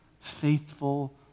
faithful